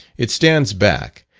it stands back,